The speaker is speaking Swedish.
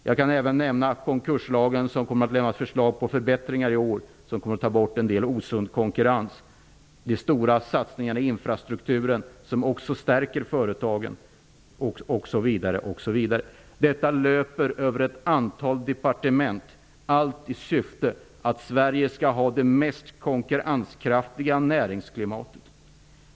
Jag kan även nämna att det i år kommer att lämnas förslag till förbättringar av konkurslagen, vilka är ägnade att ta bort en del osund konkurrens. Det görs stora satsningar i infrastrukturen som också de stärker företagen. Detta löper över ett antal departement, allt i syfte att Sverige skall få det mest konkurrenskraftiga näringsklimatet.